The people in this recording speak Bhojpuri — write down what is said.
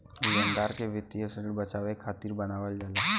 लेनदार के वित्तीय ऋण से बचावे खातिर बनावल जाला